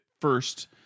first